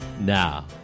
Now